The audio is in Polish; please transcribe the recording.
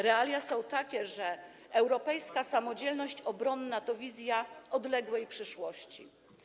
Realia są jednak takie, że europejska samodzielność obronna to wizja odległej przyszłości.